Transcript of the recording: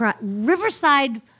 Riverside